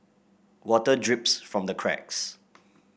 water drips from the cracks